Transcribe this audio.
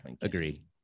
agree